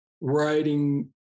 writing